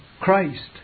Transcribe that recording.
Christ